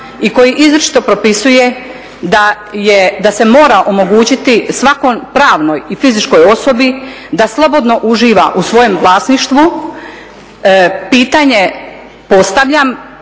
i koji izričito propisuje da se mora omogućiti svakoj pravnoj i fizičkoj osobi da slobodno uživa u svojem vlasništvu pitanje postavljam